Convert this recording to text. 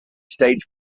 stage